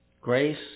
Grace